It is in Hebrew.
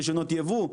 רישיונות יבוא,